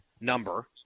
number